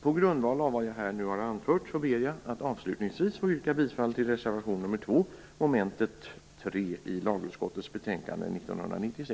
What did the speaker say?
På grundval av vad jag här har anfört ber jag att avslutningsvis få yrka bifall till reservation nr 2 under mom. 3 i lagutskottets betänkande